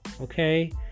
Okay